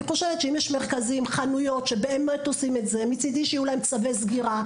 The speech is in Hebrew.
אם יש מרכזים וחנויות בהם זה מתבצע אז צריך לתת להם צווי סגירה,